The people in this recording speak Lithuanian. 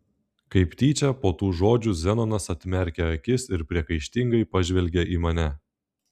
kaip tyčia po tų žodžių zenonas atmerkė akis ir priekaištingai pažvelgė į mane